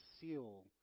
seal